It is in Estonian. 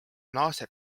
naaseb